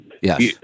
Yes